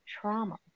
trauma